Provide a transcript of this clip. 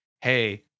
hey